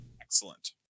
Excellent